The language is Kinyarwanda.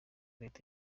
leta